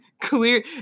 clear